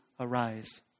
arise